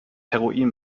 heroin